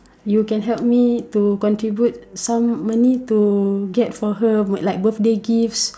you can help me to contribute some money to get for her like birthday gifts